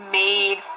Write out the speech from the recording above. made